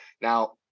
Now